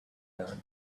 learned